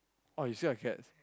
oh you scared of cats